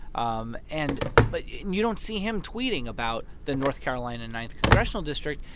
um and but you don't see him tweeting about the north carolina ninth congressional district.